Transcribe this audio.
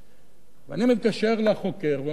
אני מתקשר לחוקר ואומר לו: תשמע,